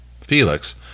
felix